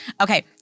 Okay